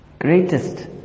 greatest